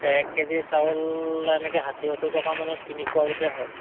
এক কেজি চাউল এনেক ষাঠি সত্তৰ টকা মানত কিনি খোৱা হয়